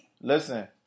Listen